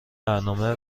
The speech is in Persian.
برنامه